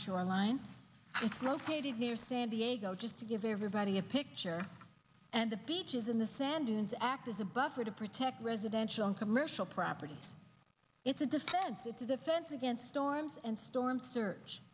shoreline it's located near san diego just to give everybody a picture and the beaches in the sand dunes act the buffer to protect residential and commercial property it's a defensive defense against storms and storm s